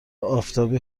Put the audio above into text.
آفتابی